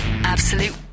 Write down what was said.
Absolute